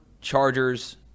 Chargers